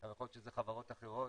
אבל יכול להיות שיש חברות אחרות,